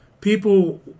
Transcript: People